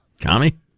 Tommy